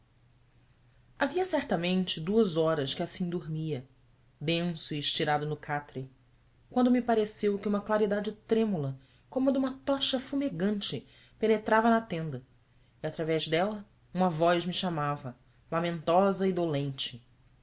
havia certamente duas horas que assim dormia denso e estirado no catre quando me pareceu que uma claridade trêmula como a de uma tocha fumegante penetrava na tenda e através dela uma voz me chamava lamentosa